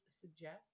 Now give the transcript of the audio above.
suggest